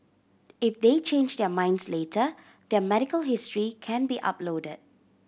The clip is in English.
if they change their minds later their medical history can be uploaded